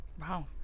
Wow